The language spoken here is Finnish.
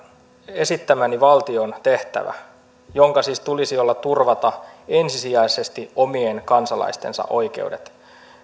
esittämäni valtion tehtävän jonka siis tulisi olla ensisijaisesti omien kansalaistensa oikeuksien turvaaminen